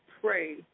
pray